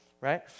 right